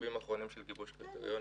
בשלבים אחרונים של גיבוש קריטריונים.